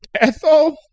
Ethel